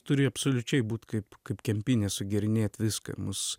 turi absoliučiai būt kaip kaip kempinė sugerinėt viską mus